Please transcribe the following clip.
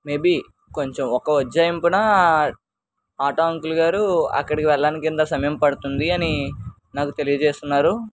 maybe కొంచెం ఒక ఉజ్జాయింపున ఆటో అంకుల్గారు అక్కడికి వెళ్ళడానికి ఇంత సమయం పడుతుంది అని నాకు తెలియచేస్తున్నారు